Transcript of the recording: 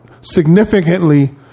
significantly